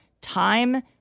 time